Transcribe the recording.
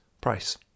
price